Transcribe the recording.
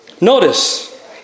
Notice